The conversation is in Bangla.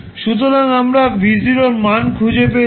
সুতরাং আমরা v এর মান খুঁজে পেয়েছি